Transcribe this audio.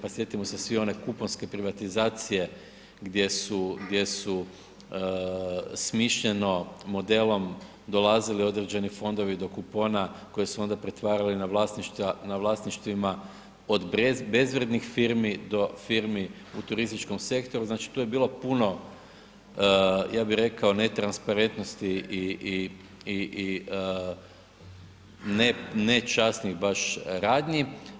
Pa sjetimo se svi one kuponske privatizacije gdje su smišljeno modelom dolazili određeni fondovi do kupona koje su onda pretvarali na vlasništvima od bezvrijednih firmi do firmi u turističkom sektoru, znači tu je bilo puno ja bih rekao netransparentnosti i ne časnih baš radnji.